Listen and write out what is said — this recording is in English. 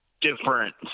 different